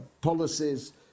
policies